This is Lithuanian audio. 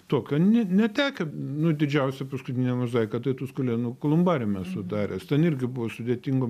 tokio ne netekę nu didžiausią paskutinę mozaiką tai tuskulėnų kolumbariume esu daręs ten irgi buvo sudėtingom